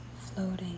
floating